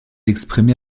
exprimer